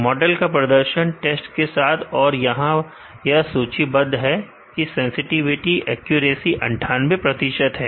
model का प्रदर्शन test के साथ और यहां यह सूचीबद्ध है कि सेंसटिविटी एक्यूरेसी 98 है